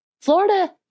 Florida